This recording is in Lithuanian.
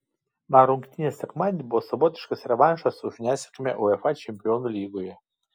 man rungtynės sekmadienį bus savotiškas revanšas už nesėkmę uefa čempionų lygoje